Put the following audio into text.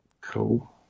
Cool